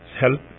help